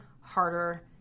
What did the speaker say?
harder